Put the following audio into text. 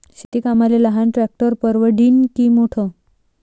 शेती कामाले लहान ट्रॅक्टर परवडीनं की मोठं?